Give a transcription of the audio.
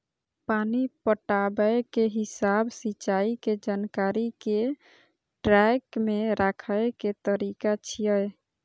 पानि पटाबै के हिसाब सिंचाइ के जानकारी कें ट्रैक मे राखै के तरीका छियै